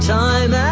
time